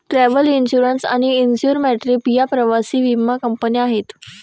travel insurance आणि Insure My Trip या प्रवासी विमा कंपन्या आहेत